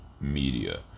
Media